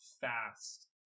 fast